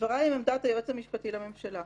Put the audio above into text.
דבריי הם עמדת היועץ המשפטי לממשלה,